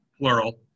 plural